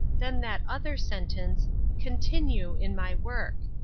then that other sentence continue in my work.